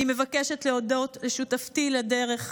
אני מבקשת להודות לשותפתי לדרך,